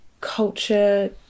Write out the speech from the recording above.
culture